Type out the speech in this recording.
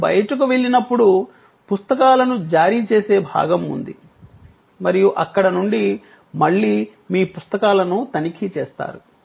మీరు బయటకు వెళ్ళినప్పుడు పుస్తకాలను జారీ చేసే భాగం ఉంది మరియు అక్కడ నుండి మళ్ళీ మీ పుస్తకాలను తనిఖీ చేస్తారు